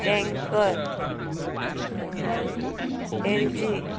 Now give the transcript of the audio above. tanker LG